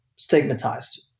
Stigmatized